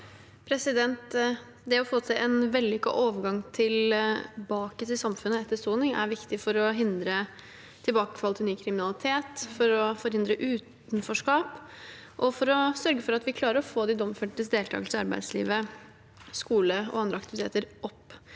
Det å få til en vel- lykket overgang tilbake til samfunnet etter soning er viktig for å hindre tilbakefall til ny kriminalitet, for å hindre utenforskap og for å sørge for at vi klarer å få de domfeltes deltakelse i arbeidslivet, skole og andre aktiviteter opp.